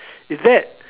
is that